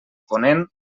ponent